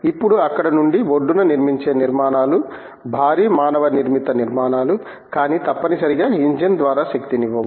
ఇప్పుడు అక్కడ నుండి ఒడ్డున నిర్మించే నిర్మాణాలు భారీ మానవ నిర్మిత నిర్మాణాలు కానీ తప్పనిసరిగా ఇంజిన్ ద్వారా శక్తినివ్వవు